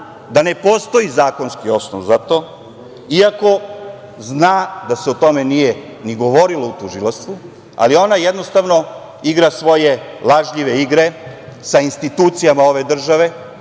da ne postoji zakonski osnov za to, iako zna da se o tome nije ni govorilo u tužilaštvu, ali ona jednostavno igra svoje lažljive igre sa institucijama ove države,